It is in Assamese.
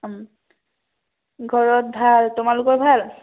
ঘৰত ভাল তোমালোকৰ ভাল